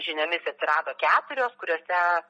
žiniomis atsirado keturios kuriose